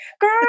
Girl